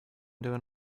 doing